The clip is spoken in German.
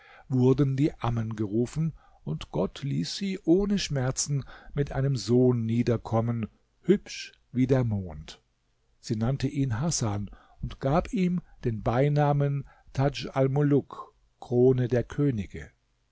wurden die ammen gerufen und gott ließ sie ohne schmerzen mit einem sohn niederkommen hübsch wie der mond sie nannte ihn hasan und gab ihm den beinamen tadj almuluk krone der